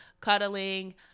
cuddling